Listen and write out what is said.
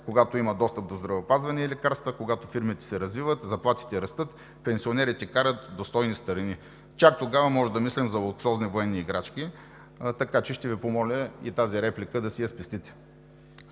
когато има достъп до здравеопазване и лекарства, когато фирмите се развиват, заплатите растат, пенсионерите карат достойни старини. Чак тогава можем да мислим за луксозни военни играчки, така че ще Ви помоля и тази реплика да си я спестите.